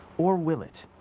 or will it?